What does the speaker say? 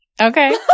Okay